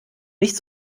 nicht